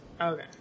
Okay